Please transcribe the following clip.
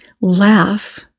laugh